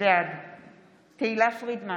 בעד תהלה פרידמן,